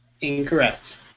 Incorrect